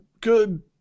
good